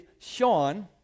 Sean